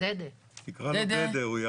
אדוני היושב-ראש, קודם כל,